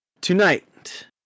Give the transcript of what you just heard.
tonight